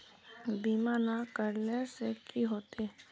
बीमा ना करेला से की होते?